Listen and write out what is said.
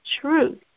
truth